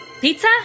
pizza